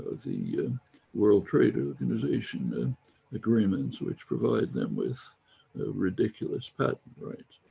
ah the world trade organisation and agreements which provide them with ridiculous patent rights.